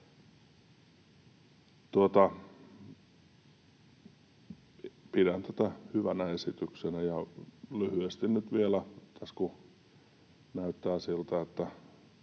Pidän tätä hyvänä esityksenä. Lyhyesti nyt vielä, kun näyttää siltä, että